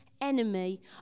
enemy